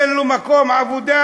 אין לו מקום עבודה,